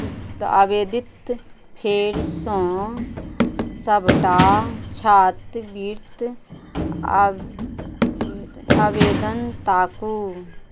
बेदित आवेदित फेरसँ सबटा छात्रवृति आबे आबेदन आवेदन ताकू